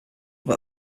that